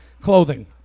clothing